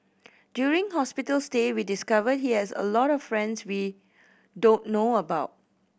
during hospital stay we discovered he has a lot of friends we don't know about